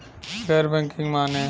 गैर बैंकिंग माने?